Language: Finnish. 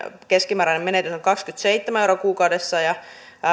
keskimääräinen menetys on kaksikymmentäseitsemän euroa kuukaudessa ja